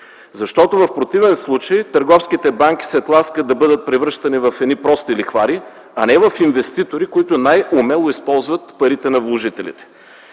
В противен случай търговските банки се тласкат да бъдат превръщани в прости лихвари, а не в инвеститори, които най-умело използват парите на вложителите.